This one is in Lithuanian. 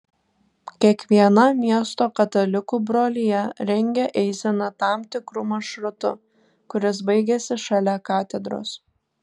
kiekviena miesto katalikų brolija rengia eiseną tam tikru maršrutu kuris baigiasi šalia katedros